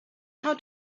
how